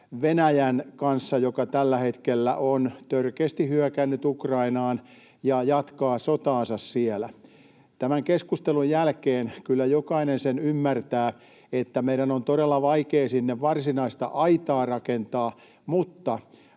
Venäjän kanssa, joka tällä hetkellä on törkeästi hyökännyt Ukrainaan ja jatkaa sotaansa siellä. Tämän keskustelun jälkeen kyllä jokainen ymmärtää, että meidän on todella vaikea sinne varsinaista aitaa rakentaa, mutta